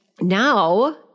now